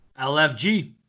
lfg